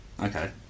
Okay